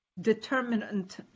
determinant